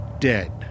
dead